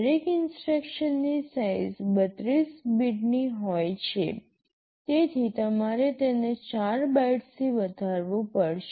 દરેક ઇન્સ્ટ્રક્શનની સાઇઝ ૩૨ બિટ્સની હોય છે તેથી તમારે તેને ૪ બાઇટ્સથી વધારવું પડશે